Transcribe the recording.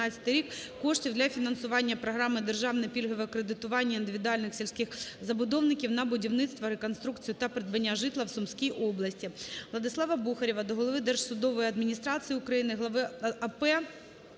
коштів для фінансування програми "Державне пільгове кредитування індивідуальних сільських забудовників на будівництво (реконструкцію) та придбання житла" в Сумській області.